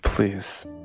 please